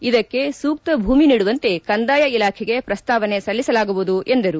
ಇದಕ್ಕೆ ಸೂಕ್ತ ಭೂಮಿ ನೀಡುವಂತೆ ಕಂದಾಯ ಇಲಾಖೆಗೆ ಪ್ರಸ್ತಾವನೆ ಸಲ್ಲಿಸಲಾಗುವುದು ಎಂದರು